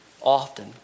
often